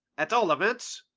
at all events,